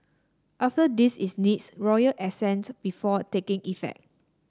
after this its needs royal assent before taking effect